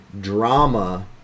drama